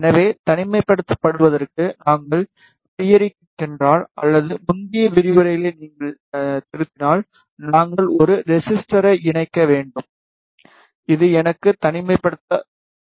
எனவே தனிமைப்படுத்துவதற்கு நாங்கள் தியரிக்கு சென்றால் அல்லது முந்தைய விரிவுரைகளை நீங்கள் திருத்தினால் நாங்கள் ஒரு ரெசிஸ்டரை இணைக்க வேண்டும் இது எனக்கு தனிமைப்படுத்த வேண்டும்